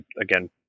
again